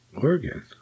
Oregon